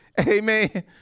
amen